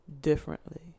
differently